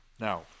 now